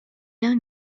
l’un